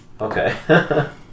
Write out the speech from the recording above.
Okay